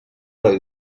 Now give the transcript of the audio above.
heroi